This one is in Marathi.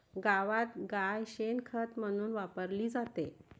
गावात गाय शेण खत म्हणून वापरली जाते